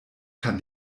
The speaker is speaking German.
kann